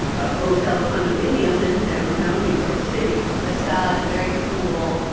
a hotel condominium in downtown new york city it's got a very cool,